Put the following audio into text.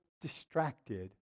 distracted